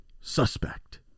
Suspect